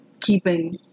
keeping